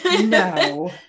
No